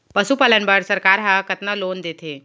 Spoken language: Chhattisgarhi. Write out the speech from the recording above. पशुपालन बर सरकार ह कतना लोन देथे?